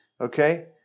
Okay